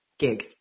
gig